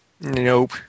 Nope